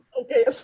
Okay